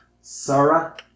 Sarah